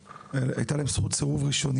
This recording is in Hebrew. הייתה להם זכות סירוב ראשוני,